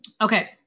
Okay